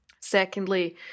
Secondly